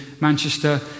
Manchester